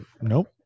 Nope